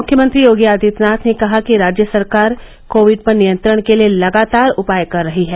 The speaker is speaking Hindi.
मुख्यमंत्री योगी आदित्यनाथ ने कहा कि राज्य सरकार कोविड पर नियंत्रण के लिये लगातार उपाय कर रही है